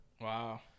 Wow